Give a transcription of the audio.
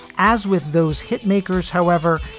as with those hitmakers, however,